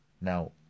Now